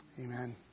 Amen